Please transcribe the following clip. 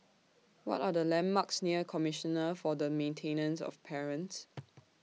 What Are The landmarks near Commissioner For The Maintenance of Parents